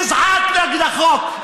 תזעק נגד החוק,